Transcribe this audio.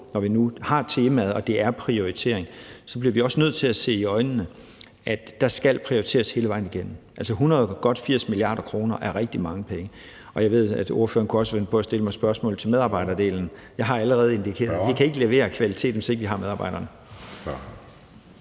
når vi nu har temaet oppe, altså prioritering, at vi også bliver nødt til at se i øjnene, at der skal prioriteres hele vejen igennem. Godt 80 mia. kr. er rigtig mange penge. Jeg ved, at ordføreren også kunne finde på at stille mig spørgsmål til medarbejderdelen, og jeg har allerede indikeret, at vi ikke kan levere kvaliteten, hvis ikke vi har medarbejderne.